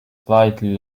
slightly